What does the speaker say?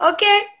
Okay